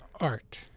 art